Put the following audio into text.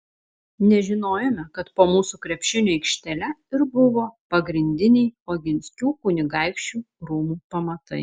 nežinojome kad po mūsų krepšinio aikštele ir buvo pagrindiniai oginskių kunigaikščių rūmų pamatai